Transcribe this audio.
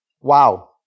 Wow